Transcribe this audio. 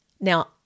Now